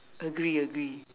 agree agree